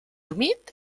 humit